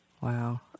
Wow